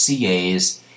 CAs